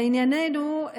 לענייננו,